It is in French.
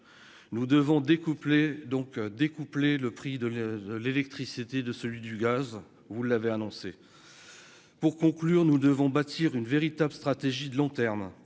nous devons donc découpler le prix de l'électricité de celui du gaz, vous l'avez annoncé pour conclure : nous devons bâtir une véritable stratégie de long terme,